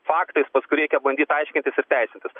faktais paskui reikia bandyt aiškintis ir teisintis